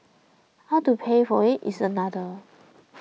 how to pay for it is another